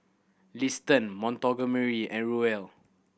Liston Montgomery and Ruel